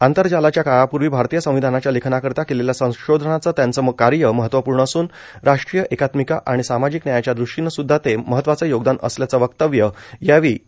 आंतरजालाच्या काळापूर्वी भारतीय संविधानाच्या लेखनाकरिता केलेल्या संशोधनाचे त्यांचं कार्य महत्वपूर्ण असून राष्ट्रीय एकात्मिका आणि सामाजिक न्यायाच्या दृष्टीनं सुद्धा ते महत्वाचं योगदान असल्याचं वक्तव्य यावेळी ए